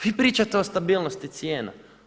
Vi pričate o stabilnosti cijena.